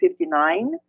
159